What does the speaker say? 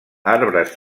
arbres